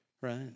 Right